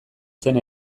zen